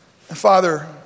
Father